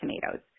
tomatoes